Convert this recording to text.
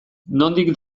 nondik